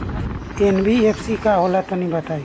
NBFC का होला तनि बताई?